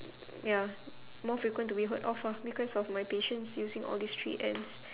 ya more frequent to be heard of ah because of my patients using all these three Ms